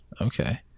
Okay